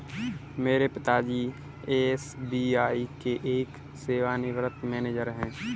मेरे पिता जी एस.बी.आई के एक सेवानिवृत मैनेजर है